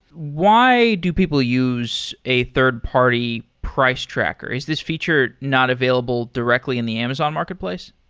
why do people use a third party price tracker? is this feature not available directly in the amazon marketplace?